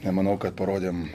nemanau kad parodėm